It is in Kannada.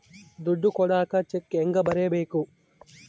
ದುಡ್ಡು ಕೊಡಾಕ ಚೆಕ್ ಹೆಂಗ ಬರೇಬೇಕು?